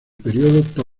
periodo